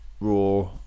raw